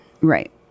Right